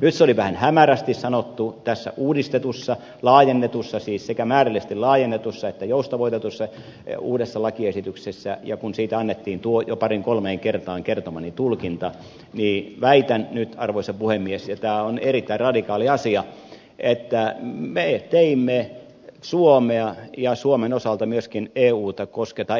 nyt se oli vähän hämärästi sanottu tässä uudistetussa sekä määrällisesti laajennetussa että joustavoitetussa uudessa lakiesityksessä ja kun siitä annettiin tuo jo pariin kolmeen kertaan kertomani tulkinta niin väitän nyt arvoisa puhemies ja tämä on erittäin radikaali asia että me teimme suomea ja suomen osalta myöskin